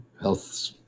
health